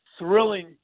thrilling